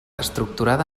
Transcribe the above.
estructurada